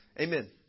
amen